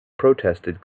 protested